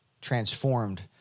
transformed